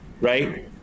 Right